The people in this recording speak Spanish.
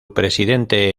presidente